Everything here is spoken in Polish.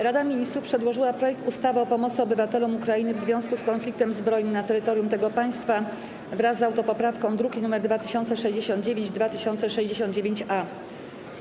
Rada Ministrów przedłożyła projekt ustawy o pomocy obywatelom Ukrainy w związku z konfliktem zbrojnym na terytorium tego państwa, wraz z autopoprawką, druki nr 2069 i 2069-A.